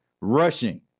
rushing